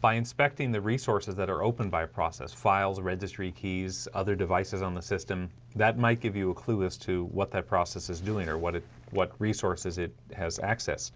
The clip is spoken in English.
by inspecting the resources that are open by process files registry keys other devices on the system that might give you a clue as to what that process is doing or what it what resources it has accessed